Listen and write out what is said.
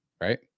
right